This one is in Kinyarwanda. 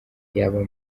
yaba